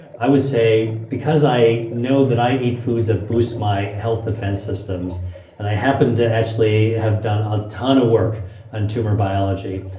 i would say because i know that i eat foods that boost my health defense systems and i happen to actually have done a ton of work on tumor biology,